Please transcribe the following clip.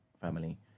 family